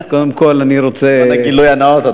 אז קודם כול אני רוצה, לכבוד הגילוי הנאות.